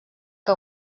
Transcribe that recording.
que